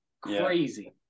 crazy